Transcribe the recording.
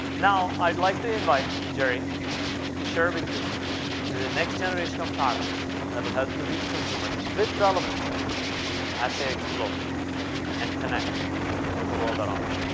i'd like to invite jerry to share with you the next generation of products that will help you reach consumers with relevance as they explore and connect with the world around them.